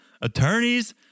attorneys